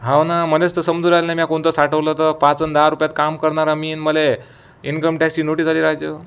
हो ना मलाच तर समजून राहिलं नाही म्या कोणतं साठवलं तर पाच अन् दहा रुपयांत काम करणारा मी आणि मला इन्कम टॅक्सची नोटिस आली राजे ओ